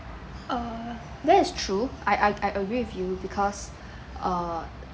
err that's true I I I agree with you because uh